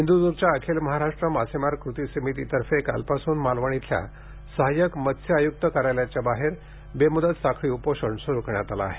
सिंधूर्द्गच्या अखिल महाराष्ट्र मासेमार कृती समितीतर्फे काल पासून मालवण इथल्या सहाय्यक मस्य आयुक्त कार्यालयाच्या बाहेर बेमूदत साखळी उपोषण सुरू करण्यात आलं आहे